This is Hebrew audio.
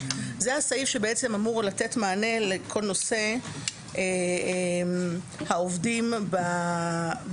זה הסעיף שאמור לתת מענה לכל נושא העובדים בבעלויות,